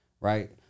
right